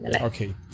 Okay